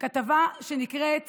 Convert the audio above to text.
כתבה שנקראת